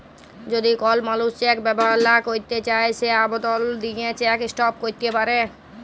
যদি কল মালুস চ্যাক ব্যাভার লা ক্যইরতে চায় সে আবদল দিঁয়ে চ্যাক ইস্টপ ক্যইরতে পারে